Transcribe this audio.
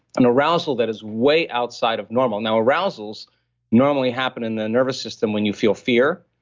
an arousal that is way outside of normal. now, arousals normally happen in the nervous system when you feel fear,